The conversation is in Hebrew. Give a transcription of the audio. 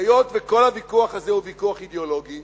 היות שכל הוויכוח הזה הוא ויכוח אידיאולוגי,